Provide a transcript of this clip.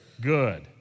good